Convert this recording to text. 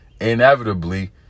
inevitably